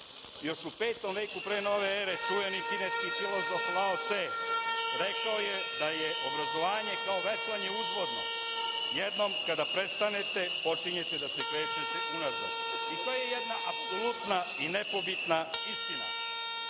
u Petom veku pre Nove ere čuveni kineski filozof Lao Ce rekao je da je obrazovanje kao veslanje uzvodno – jednom kada prestanete, počinjete da se krećete unazad. To je jedna apsolutna i nepobitna istina